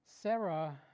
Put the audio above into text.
Sarah